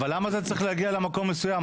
למה צריך להגיע למקום מסוים?